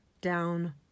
down